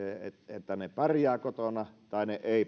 että ne pärjäävät kotona tai